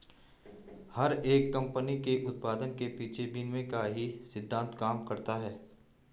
हर एक कम्पनी के उत्पाद के पीछे विनिमय का ही सिद्धान्त काम करता है